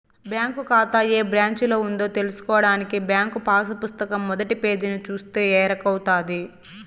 bank కాతా ఏ బ్రాంచిలో ఉందో తెల్సుకోడానికి బ్యాంకు పాసు పుస్తకం మొదటి పేజీని సూస్తే ఎరకవుతది